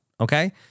Okay